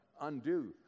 undo